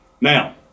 Now